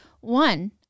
One